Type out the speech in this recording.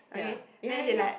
ya ya ya ya